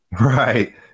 Right